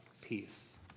peace